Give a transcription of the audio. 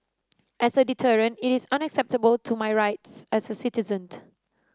as a deterrent it is unacceptable to my rights as a citizen